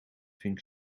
think